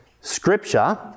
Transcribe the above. Scripture